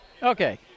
Okay